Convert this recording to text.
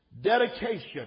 dedication